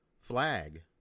flag